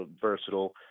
versatile